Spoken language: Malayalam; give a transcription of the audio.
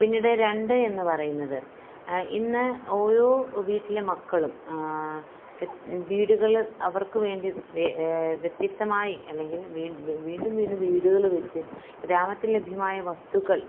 പിന്നീട് രണ്ട് എന്ന് പറയുന്നത് ഇന്ന് ഓരോ വീട്ടിലെ മക്കളും വീടുകൾ അവർക്ക് വേണ്ടി വ്യത്യസ്തമായി അല്ലെങ്കിൽ വീണ്ടും വീണ്ടും വീടുകൾ വെച്ച് ഗ്രാമത്തിൽ ലഭ്യമായ വസ്തുക്കൾ